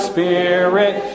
Spirit